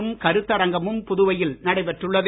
இதை கருத்தரங்கழும் புதுவையில் நடைபெற்றுள்ளது